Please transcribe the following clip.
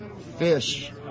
fish